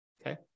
Okay